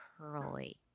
curly